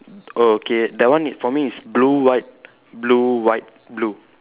oh okay that one for me is blue white blue white blue